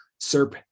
SERP